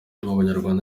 abanyarwanda